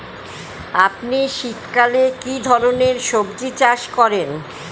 আপনি শীতকালে কী ধরনের সবজী চাষ করেন?